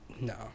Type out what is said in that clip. no